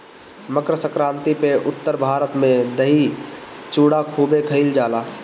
मकरसंक्रांति पअ उत्तर भारत में दही चूड़ा खूबे खईल जाला